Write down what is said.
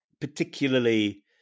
particularly